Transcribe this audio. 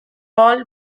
all